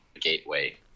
gateway